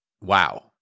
Wow